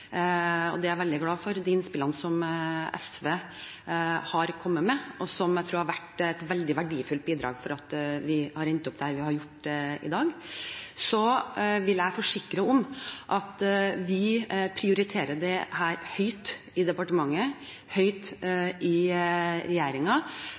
Det er jeg veldig glad for. De innspillene som SV har kommet med, har vært et veldig verdifullt bidrag til at vi har endt opp der vi har gjort i dag. Så vil jeg forsikre om at vi prioriterer dette høyt i departementet, høyt